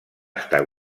estar